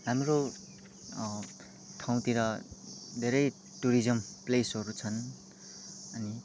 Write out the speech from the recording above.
हाम्रो ठाउँतिर धेरै टुरिजम् प्लेसहरू छन् अनि